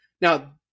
Now